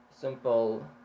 simple